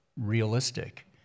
realistic